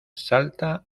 salta